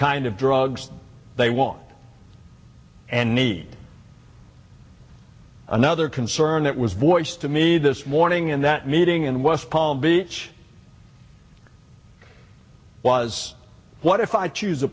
kind of drugs they want and need another concern that was voiced to me this morning in that meeting in west palm beach was what if i choose a